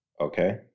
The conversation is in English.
okay